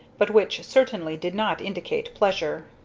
but which certainly did not indicate pleasure.